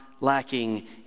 lacking